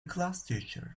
classteacher